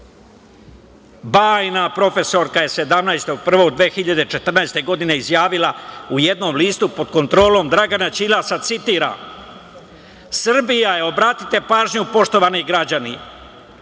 Bajna profesorka je 17. 1. 2014. godine izjavila u jednom listu pod kontrolom Dragana Đilasa, citiram, objasnite pažnju poštovani građani: